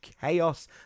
Chaos